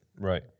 Right